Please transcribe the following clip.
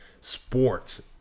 sports